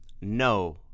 no